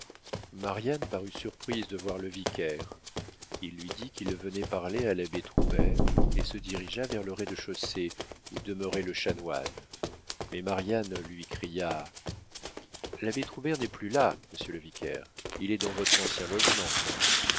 marianne parut surprise de voir le vicaire il lui dit qu'il venait parler à l'abbé troubert et se dirigea vers le rez-de-chaussée où demeurait le chanoine mais marianne lui cria l'abbé troubert n'est plus là monsieur le vicaire il est dans votre ancien logement